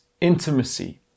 intimacy